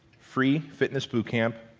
free fitness bootcamp,